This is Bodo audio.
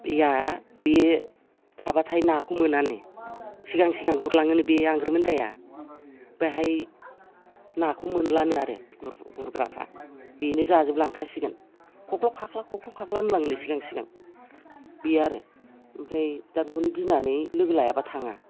या बे थाबाथाय नाखौ मोनानो सिगां सिगां गुरलाङोनो बे आंग्रोमोनदाया बैहाय नाखौ मोनलानो आरो गुरग्राफ्रा बेनो जाजोब लांखासिगोन ख'ख्ल' ख्लाख्ला होनलाङो सिगां सिगां बे आरो ओमफ्राय दा बेखौनो गिनानै लोगो लायाबा थाङा